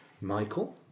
Michael